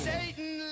Satan